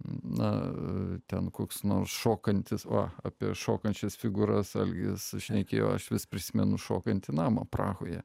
na ten koks nors šokantis o apie šokančias figūras algis šnekėjo aš vis prisimenu šokantį namą prahoje